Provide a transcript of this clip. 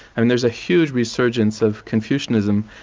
and there's a huge resurgence of confucianism,